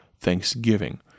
thanksgiving